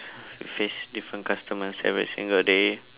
you face different customers every single day